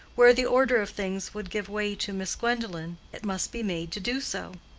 where the order of things could give way to miss gwendolen, it must be made to do so.